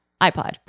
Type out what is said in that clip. iPod